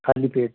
ਖ਼ਾਲੀ ਪੇਟ